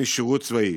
משירות צבאי.